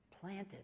planted